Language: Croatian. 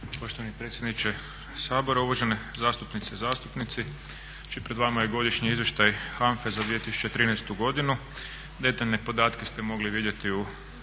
Poštovani predsjedniče Sabora, uvažene zastupnice i zastupnici znači pred vama je godišnje izvješće HANFA-e za 2013.godinu. Detaljne podatke ste mogli vidjeti u